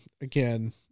again